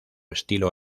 estilo